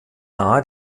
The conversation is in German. nahe